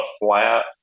flat